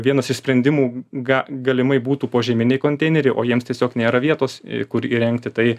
vienas iš sprendimų ga galimai būtų požeminiai konteineriai o jiems tiesiog nėra vietos kur įrengti tai